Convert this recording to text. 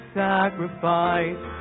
sacrifice